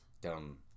Dumb